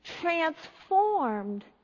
transformed